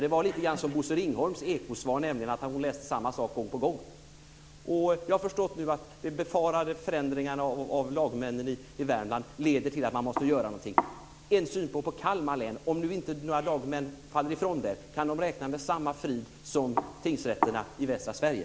Det var lite grann som Bosse Ringholms ekosvar. Hon läste nämligen upp samma sak gång på gång. Jag har nu förstått att de befarade förändringarna av lagmännen i Värmland leder till att man måste göra någonting. Kan jag få en synpunkt på Kalmar län? Om nu inga lagmän faller ifrån där, kan de då räkna med samma frid som vid tingsrätterna i västra Sverige?